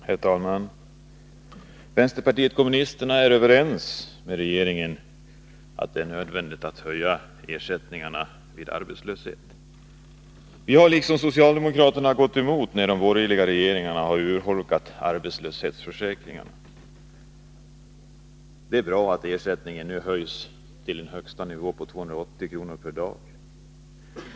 Herr talman! Vänsterpartiet kommunisterna är överens med regeringen om att det är nödvändigt att höja ersättningen vid arbetslöshet. Vi har liksom socialdemokraterna gått emot de borgerliga regeringarnas urholkning av arbetslöshetsförsäkringarna. Det är bra att ersättningen nu höjs till en högsta nivå på 280 kr. per dag.